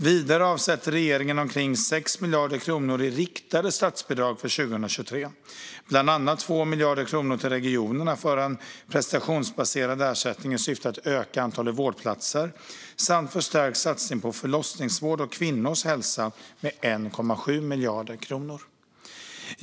Vidare avsätter regeringen omkring 6 miljarder kronor i riktade statsbidrag för 2023, bland annat 2 miljarder kronor till regionerna för en prestationsbaserad ersättning i syfte att öka antalet vårdplatser samt en förstärkt satsning på förlossningsvård och kvinnors hälsa med 1,7 miljarder kronor.